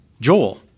Joel